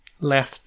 Left